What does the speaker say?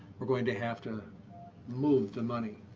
we're going to have to move the money.